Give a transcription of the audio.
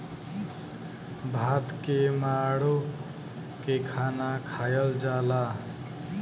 भात के माड़ो के खाना खायल जाला